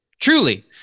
truly